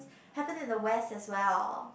happened in the West as well